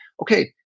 Okay